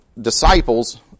disciples